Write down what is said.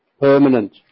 Permanent